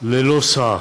ללא שר.